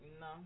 No